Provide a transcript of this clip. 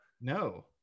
no